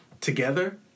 together